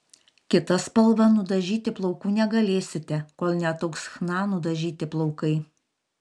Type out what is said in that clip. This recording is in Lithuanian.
kita spalva nudažyti plaukų negalėsite kol neataugs chna nudažyti plaukai